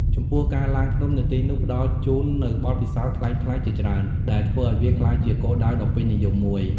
ចំពោះការឡើងភ្នំនៅទីនោះផ្តល់ជូននូវបទពិសោធន៍ប្លែកៗជាច្រើន ដែលធ្វើឱ្យវាក្លាយជាគោលដៅដ៏ពេញនិយមមួយ។